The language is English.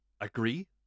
agree